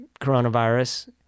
coronavirus